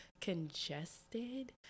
congested